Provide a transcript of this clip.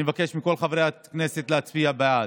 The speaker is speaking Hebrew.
אני מבקש מכל חברי הכנסת להצביע בעד.